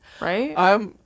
Right